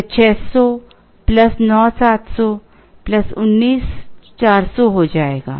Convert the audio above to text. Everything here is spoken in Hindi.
यह 600 9700 19400 हो जाएगा